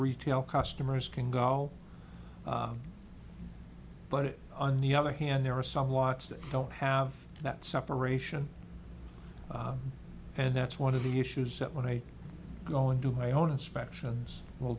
retail customers can go but on the other hand there are some watch that don't have that separation and that's one of the issues that when i go and do my own inspections we'll